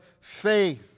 faith